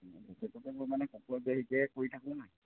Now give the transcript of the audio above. য'তে ত'তে মানে চব হেৰিকৈ কৰি থাকোঁ নাই